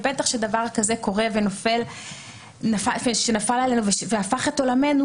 ובטח כשדבר כזה קורה שנפל עלינו והפך את עולמנו,